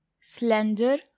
slender